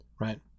Right